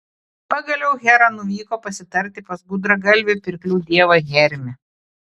pagaliau hera nuvyko pasitarti pas gudragalvį pirklių dievą hermį